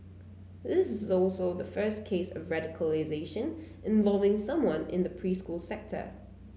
this is also the first case of radicalisation involving someone in the preschool sector